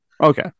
Okay